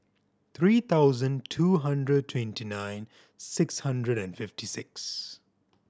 three thousand two hundred twenty nine six hundred and fifty six